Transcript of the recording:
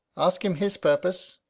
ask him his purposes,